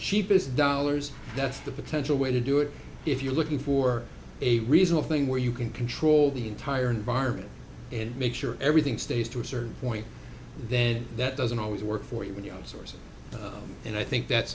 cheapest dollars that's the potential way to do it if you're looking for a reason thing where you can control the entire environment and make sure everything stays to a certain point then that doesn't always work for you with your sources and i think that